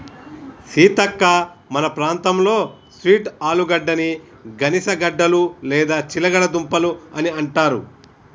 సీతక్క మన ప్రాంతంలో స్వీట్ ఆలుగడ్డని గనిసగడ్డలు లేదా చిలగడ దుంపలు అని అంటారు